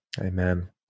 Amen